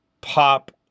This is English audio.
pop